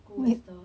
who ester